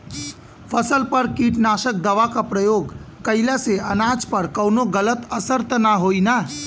फसल पर कीटनाशक दवा क प्रयोग कइला से अनाज पर कवनो गलत असर त ना होई न?